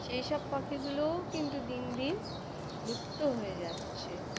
সেই সব পাখিগুলোও কিন্তু দিন দিন লুপ্ত হয়ে যাচ্ছে